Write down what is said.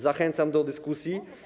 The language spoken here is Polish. Zachęcam do dyskusji.